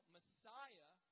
Messiah